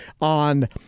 on